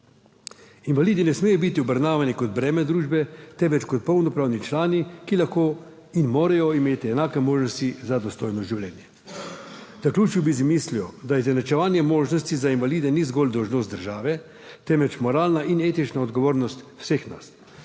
Invalidi ne smejo biti obravnavani kot breme družbe, temveč kot polnopravni člani, ki lahko in morajo imeti enake možnosti za dostojno življenje. Zaključil bi z mislijo, da izenačevanje možnosti za invalide ni zgolj dolžnost države, temveč moralna in etična odgovornost vseh nas.